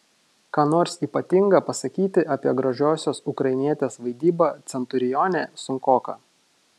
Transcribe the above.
ką nors ypatinga pasakyti apie gražiosios ukrainietės vaidybą centurione sunkoka